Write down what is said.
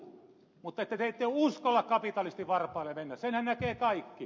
mutta te ette uskalla kapitalistin varpaille mennä senhän näkevät kaikki